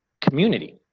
community